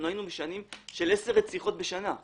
היינו בשנים קודמות עם 10 רציחות בשנה.